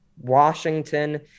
Washington